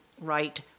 right